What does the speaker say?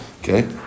Okay